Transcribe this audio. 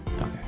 Okay